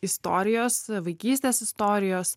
istorijos vaikystės istorijos